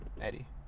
Eddie